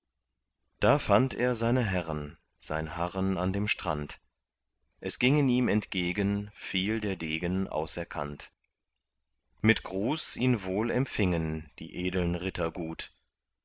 da fand er seine herren sein harren an dem strand es gingen ihm entgegen viel der degen auserkannt mit gruß ihn wohl empfingen die edeln ritter gut